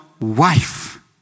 wife